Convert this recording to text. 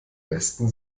westen